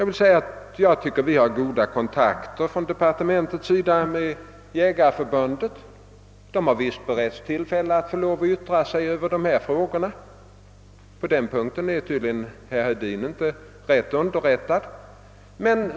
Enligt min mening har vi inom departementet goda kontakter med Jägareförbundet. Det har visst beretts tillfälle att yttra sig över dessa frågor; i det avseendet är tydligen herr Hedin inte riktigt underrättad.